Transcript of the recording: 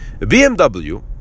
bmw